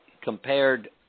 compared